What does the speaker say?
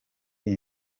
iyi